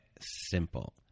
simple